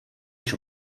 již